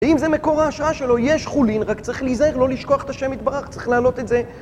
ואם זה מקור ההשראה שלו, יש חולין, רק צריך להיזהר, לא לשכוח את השם יתברך, צריך להעלות את זה